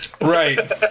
right